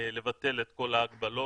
ולבטל את כל ההגבלות.